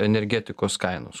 energetikos kainos